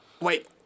Wait